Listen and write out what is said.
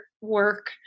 work